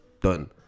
Done